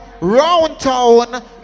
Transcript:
roundtown